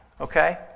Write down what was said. okay